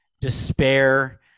despair